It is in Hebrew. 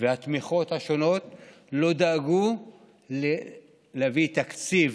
והתמיכות השונות להביא תקציב